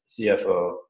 CFO